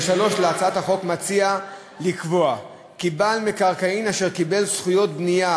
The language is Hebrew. ו-(3) להצעת החוק מציע לקבוע כי בעל מקרקעין אשר קיבל זכויות בנייה